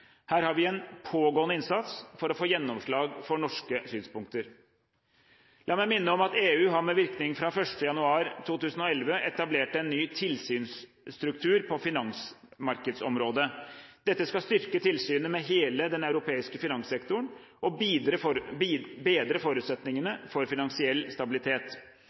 Her har vi en pågående innsats for å få gjennomslag for norske synspunkter. La meg minne om at EU har med virkning fra 1. januar 2011 etablert en ny tilsynsstruktur på finansmarkedsområdet. Dette skal styrke tilsynet med hele den europeiske finanssektoren og bedre forutsetningene for finansiell stabilitet.